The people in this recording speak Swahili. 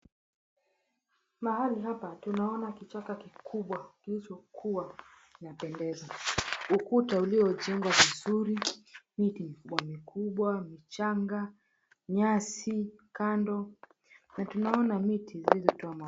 Mahali hapa tunaona kichaka kikubwa kilichokuwa kinapendeza, ukuta uliojengwa vizuri miti mikubwa mikubwa, michanga, nyasi kando na tunaona miti zilizotoa maua.